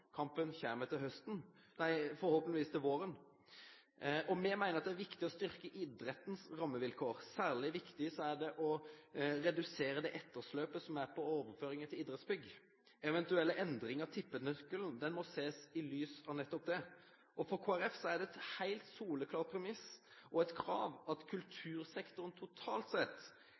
kampen kommer forhåpentligvis til våren. Vi mener at det er viktig å styrke idrettens rammevilkår. Særlig viktig er det å redusere etterslepet på overføringer til idrettsanlegg. Eventuelle endringer av tippenøkkelen må ses i lys av nettopp det. Og for Kristelig Folkeparti er det et helt soleklart premiss, og et krav, at kultursektoren totalt sett